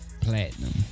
Platinum